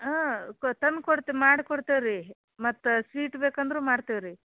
ಹಾಂ ತಂದು ಕೊಡ್ತ್ ಮಾಡ್ಕೊಡ್ತೀವಿ ರೀ ಮತ್ತು ಸ್ವೀಟ್ ಬೇಕಂದರೂ ಮಾಡ್ತೀವಿ ರೀ